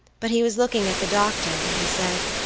but he was looking at the doctor, and he said